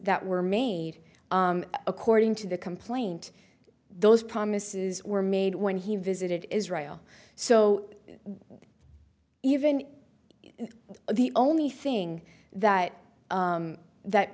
that were made according to the complaint those promises were made when he visited israel so even the only thing that that